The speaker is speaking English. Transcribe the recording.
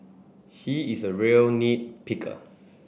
he is a real nit picker